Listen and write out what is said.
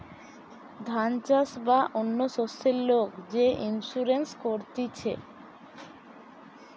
ধান চাষ বা অন্য শস্যের লোক যে ইন্সুরেন্স করতিছে